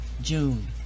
June